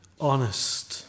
honest